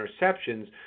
interceptions